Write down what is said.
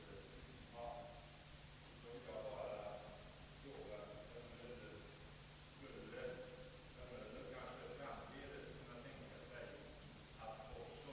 Den föreliggande motionen innehåller många synpunkter av stort intresse; annat av mer periferiskt.